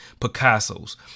Picasso's